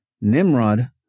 Nimrod